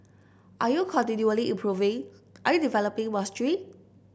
are you continually improving are you developing mastery